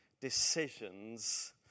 decisions